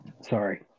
Sorry